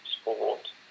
sport